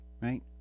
right